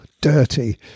Dirty